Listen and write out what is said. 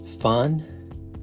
fun